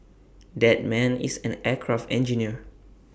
that man is an aircraft engineer